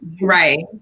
Right